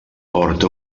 porta